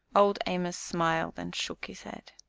old amos smiled and shook his head.